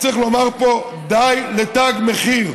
וצריך לומר פה: די לתג מחיר,